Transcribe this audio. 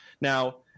Now